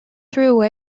through